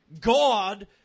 God